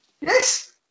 Yes